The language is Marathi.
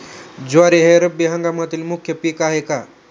ज्वारी हे रब्बी हंगामातील मुख्य पीक आहे का?